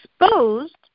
exposed